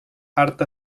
art